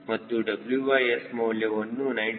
ಮತ್ತು WS ಮೌಲ್ಯವನ್ನು 97